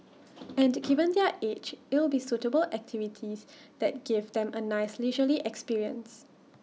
and given their age it'll be suitable activities that give them A nice leisurely experience